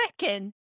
second